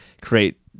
create